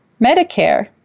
Medicare